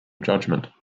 judgment